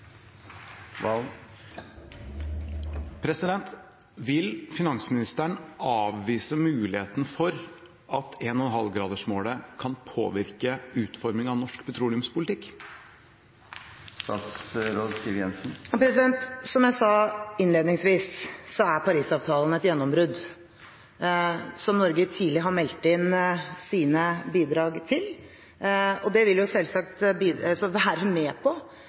Vil finansministeren avvise muligheten for at 1,5-gradersmålet kan påvirke utformingen av norsk petroleumspolitikk? Som jeg sa innledningsvis, er Paris-avtalen et gjennombrudd som Norge tidlig har meldt inn sine bidrag til. Det vil selvsagt være med på